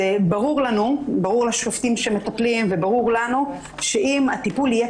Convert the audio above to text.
ברור לנו ולשופטים שמטפלים שאם הטיפול יהיה